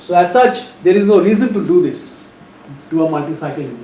so as such there is no reason to do this do a multi cycle